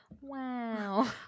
Wow